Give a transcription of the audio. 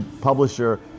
publisher